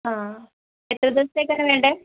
ആ എത്ര ദിവസത്തേക്കാണ് വേണ്ടത്